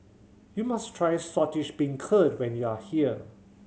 you must try Saltish Beancurd when you are here